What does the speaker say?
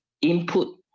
input